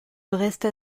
resta